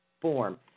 form